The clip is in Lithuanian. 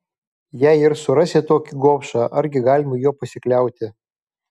jei ir surasi tokį gobšą argi galima juo pasikliauti